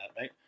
Right